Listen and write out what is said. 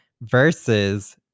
versus